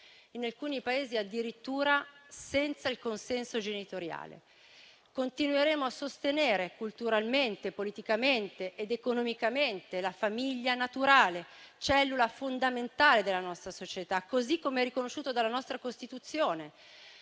in alcuni Paesi addirittura senza il consenso genitoriale. Continueremo a sostenere, culturalmente, politicamente ed economicamente la famiglia naturale, cellula fondamentale della nostra società, così come riconosciuto dalla nostra Costituzione: